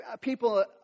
people